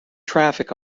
traffic